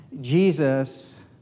Jesus